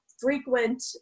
frequent